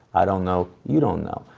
i don't know. you don't know.